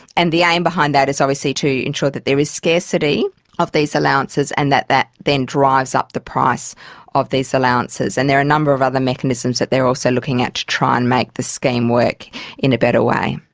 and the aim behind that is obviously to ensure that there is scarcity of these allowances and that that then drives up the price of these allowances. and there are a number of other mechanisms that they're also looking at to try and make the scheme work in a better way.